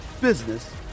business